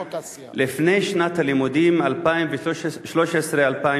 לפני שנת הלימודים 2013/14?